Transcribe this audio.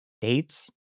dates